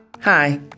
Hi